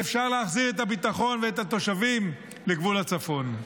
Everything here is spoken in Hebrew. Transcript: ואפשר להחזיר את הביטחון ואת התושבים לגבול הצפון.